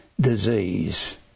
disease